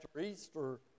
Easter